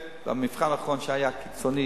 במבחן האחרון קרה מקרה קיצוני,